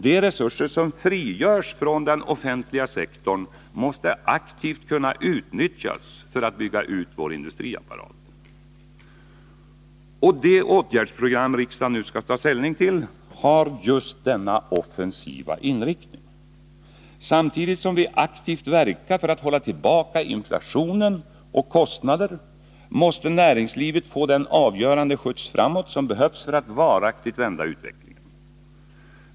De resurser som frigörs från den offentliga sektorn måste aktivt kunna utnyttjas för att bygga ut vår industriapparat. Det åtgärdsprogram riksdagen nu skall ta ställning till har just denna offensiva inriktning. Samtidigt som vi aktivt verkar för att hålla tillbaka inflation och kostnader måste näringslivet få den avgörande skjuts framåt som behövs för att varaktigt vända utvecklingen.